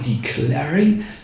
declaring